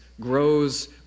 grows